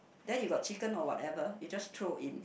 then you got chicken or whatever you just throw in